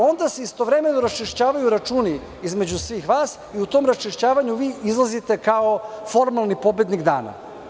Onda se istovremeno raščišćavaju računi između svih vas i u tom raščišćavanju vi izlazite kao formalni pobednik dana.